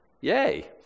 Yay